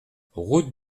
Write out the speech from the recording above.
route